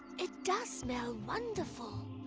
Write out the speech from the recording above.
it does smell wonderful.